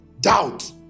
Doubt